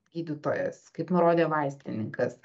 gydytojas kaip nurodė vaistininkas